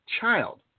child